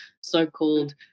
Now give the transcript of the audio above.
so-called